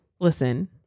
Listen